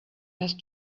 had